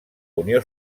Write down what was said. unió